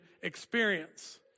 experience